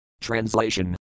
Translation